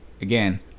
Again